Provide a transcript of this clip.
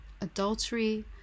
adultery